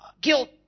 Guilt